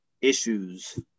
issues